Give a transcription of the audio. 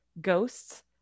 ghosts